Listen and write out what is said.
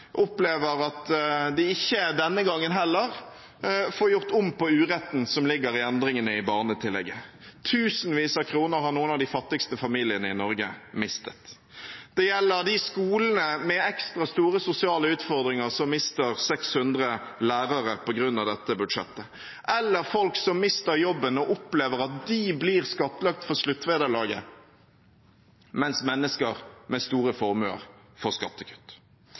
opplever at de heller ikke denne gangen får gjort om på uretten som ligger i endringene i barnetillegget. Tusenvis av kroner har noen av de fattigste familiene i Norge mistet. Det gjelder de skolene med ekstra store sosiale utfordringer som mister 600 lærere på grunn av dette budsjettet, eller folk som mister jobben og opplever at de blir skattlagt for sluttvederlaget, mens mennesker med store formuer får skattekutt.